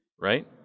right